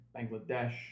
Bangladesh